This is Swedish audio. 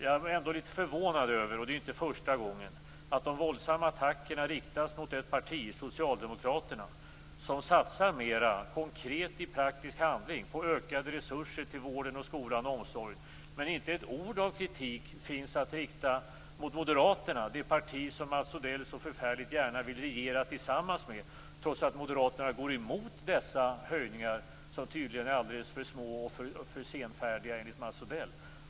Det är inte första gången detta sker. Jag är ändå litet förvånad över att de våldsamma attackerna riktas mot ett parti - Socialdemokraterna - som satsar mera konkret i praktisk handling på ökade resurser till vården, skolan och omsorgen. Inte ett ord av kritik finns att rikta mot Moderaterna - det parti som Mats Odell så förfärligt gärna vill regera tillsammans med - trots att Moderaterna går emot dessa höjningar. De är tydligen alldeles för små och senfärdiga.